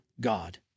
God